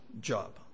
Job